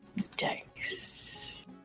Thanks